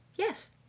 Yes